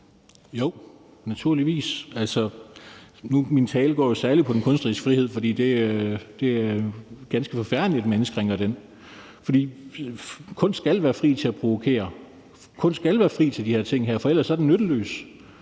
Jo, naturligvis. Min tale går jo særlig på den kunstneriske frihed, for det er ganske forfærdeligt, at man indskrænker den. For kunst skal være fri til at provokere. Kunst skal være fri til de her ting, for ellers er den nyttesløs.